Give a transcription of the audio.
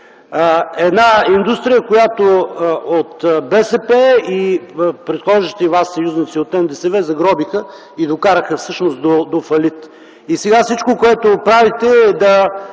– индустрия, която от БСП и предхождащите й съюзници от НДСВ загробиха и докараха до фалит. Сега всичко, което правите, е да